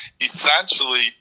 essentially